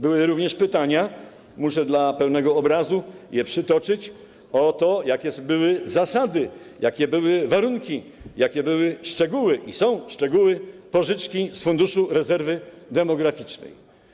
Były również pytania, muszę dla pełnego obrazu je przytoczyć, o to, jakie były zasady, jakie były warunki, jakie były i są szczegóły dotyczące pożyczki z Funduszu Rezerwy Demograficznej.